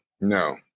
No